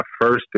first